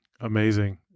Amazing